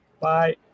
Bye